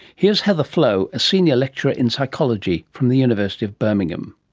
here's heather flowe, a senior lecturer in psychology from the university of birmingham.